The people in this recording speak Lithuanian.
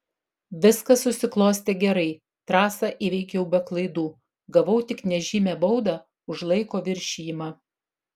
viskas susiklostė gerai trasą įveikiau be klaidų gavau tik nežymią baudą už laiko viršijimą